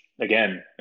again